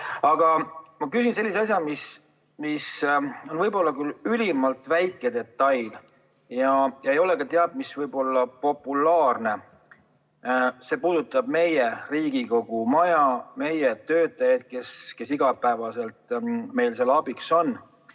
ma küsin sellist asja, mis võib olla küll ülimalt väike detail ja ei ole ka teab mis populaarne. See puudutab meie Riigikogu maja, meie töötajaid, kes iga päev meile abiks on.